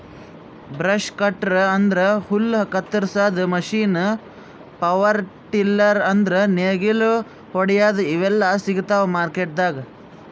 brush cutter ಅಂದ್ರ ಹುಲ್ಲ್ ಕತ್ತರಸಾದ್ ಮಷೀನ್ ಪವರ್ ಟಿಲ್ಲರ್ ಅಂದ್ರ್ ನೇಗಿಲ್ ಹೊಡ್ಯಾದು ಇವೆಲ್ಲಾ ಸಿಗ್ತಾವ್ ಮಾರ್ಕೆಟ್ದಾಗ್